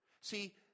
See